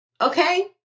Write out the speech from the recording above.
Okay